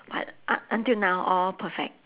but up until now all perfect